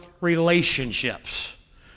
relationships